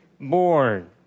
born